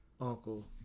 uncle